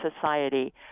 Society